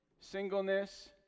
singleness